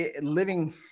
living